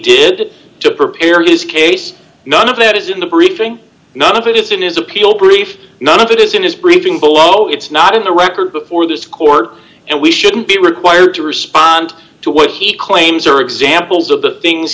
did to prepare his case none of that is in the briefing none of it is in his appeal brief none of it is in his briefing below it's not in the record before this court and we shouldn't be required to respond to what he claims are examples of the things